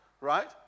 right